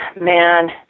man